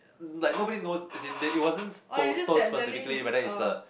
like nobody knows as in that it wasn't told told specifically but then it's a